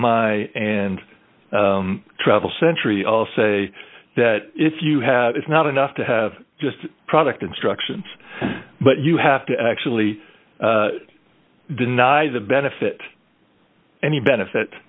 my and travel century all say that if you have it's not enough to have just product instructions but you have to actually deny the benefit any benefit